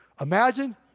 Imagine